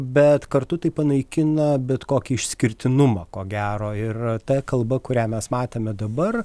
bet kartu tai panaikina bet kokį išskirtinumą ko gero ir ta kalba kurią mes matėme dabar